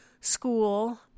school